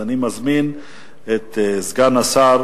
אני מזמין סגן השר